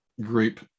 group